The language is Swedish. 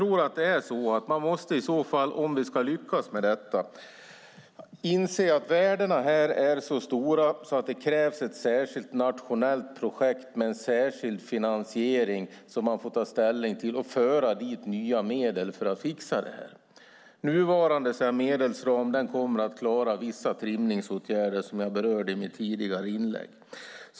Om vi ska lyckas med detta måste vi inse att värdena är så stora att det krävs ett särskilt nationellt projekt med en särskild finansiering som man får ta ställning till och föra nya medel till för att fixa det här. Med den nuvarande medelsramen kommer man att klara vissa trimningsåtgärder, som jag berörde i mitt tidigare inlägg.